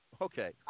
okay